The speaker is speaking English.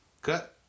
Cut